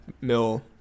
mill